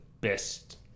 best